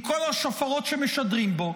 עם כל השופרות שמשדרים בו,